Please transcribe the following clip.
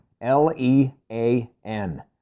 L-E-A-N